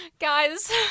Guys